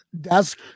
desk